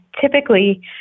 typically